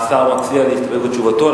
השר מציע להסתפק בתשובתו,